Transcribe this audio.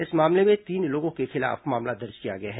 इस मामले में तीन लोगों के खिलाफ मामला दर्ज किया गया है